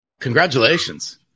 Congratulations